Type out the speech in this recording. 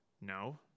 no